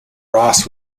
ross